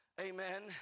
amen